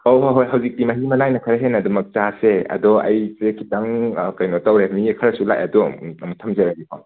ꯍꯣ ꯍꯣꯏ ꯍꯣꯏ ꯍꯧꯖꯤꯛꯇꯤ ꯃꯍꯤ ꯃꯅꯥꯏꯅ ꯈꯔ ꯍꯦꯟꯅ ꯑꯗꯨꯃꯛ ꯆꯥꯁꯦ ꯑꯗꯣ ꯑꯩꯁꯦ ꯈꯤꯇꯪ ꯀꯩꯅꯣ ꯇꯧꯔꯦ ꯃꯤ ꯈꯔꯁꯨ ꯂꯥꯛꯑꯦ ꯑꯗꯣ ꯑꯃꯨꯛ ꯊꯝꯖꯔꯒꯦꯀꯣ